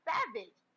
Savage